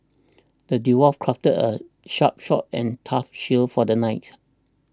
the dwarf crafted a sharp sword and tough shield for the knight